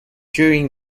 during